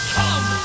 come